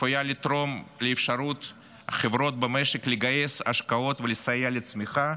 צפויה לתרום לאפשרות של החברות במשק לגייס השקעות ולסייע בצמיחה